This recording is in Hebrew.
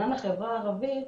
לעניין החברה הערבית,